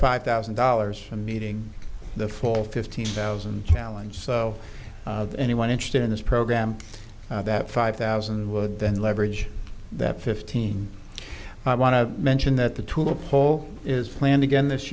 five thousand dollars for meeting the full fifty thousand challenge so anyone interested in this program that five thousand would then leverage that fifteen i want to mention that the tool poll is planned again this